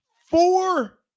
four